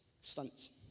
stunts